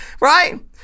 Right